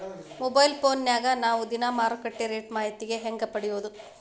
Mobile ಫೋನ್ಯಾಗ ನಾವ್ ದಿನಾ ಮಾರುಕಟ್ಟೆ ರೇಟ್ ಮಾಹಿತಿನ ಹೆಂಗ್ ಪಡಿಬೋದು?